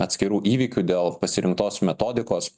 atskirų įvykių dėl pasirinktos metodikos